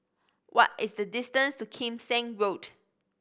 what is the distance to Kim Seng Road